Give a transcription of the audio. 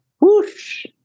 whoosh